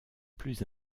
plus